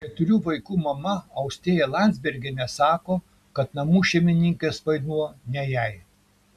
keturių vaikų mama austėja landzbergienė sako kad namų šeimininkės vaidmuo ne jai